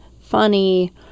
funny